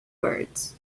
birds